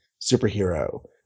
superhero